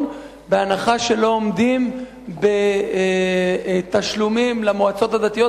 בהנחה שלא עומדים בתשלומים למועצות הדתיות,